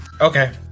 Okay